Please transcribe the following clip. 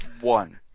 One